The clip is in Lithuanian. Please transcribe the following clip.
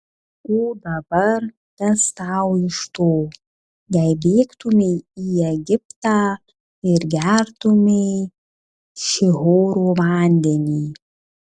o dabar kas tau iš to jei bėgtumei į egiptą ir gertumei šihoro vandenį